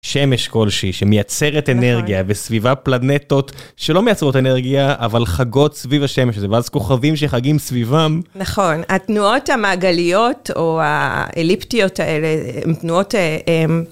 שמש כלשהי שמייצרת אנרגיה וסביבה פלנטות שלא מייצרות אנרגיה, אבל חגות סביב השמש הזה, ואז כוכבים שחגים סביבם. -נכון, התנועות המעגליות או האליפטיות האלה הן תנועות...